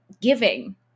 giving